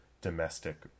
domestic